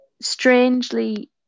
strangely